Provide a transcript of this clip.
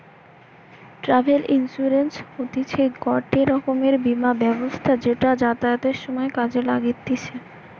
travel insurance হতিছে গটে রকমের বীমা ব্যবস্থা যেটা যাতায়াতের সময় কাজে লাগতিছে